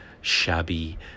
shabby